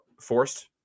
forced